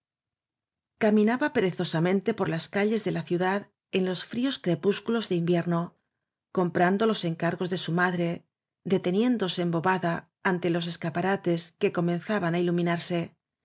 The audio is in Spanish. caminaba perezosamente por las calles de la ciudad los en fríos crepúsculos de invier no comprando los encargos de su madre de teniéndose embobada ante los escaparates que comenzaban á iluminarse